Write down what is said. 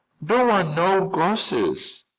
don't want no ghostses!